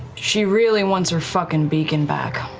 she really wants her fucking beacon back.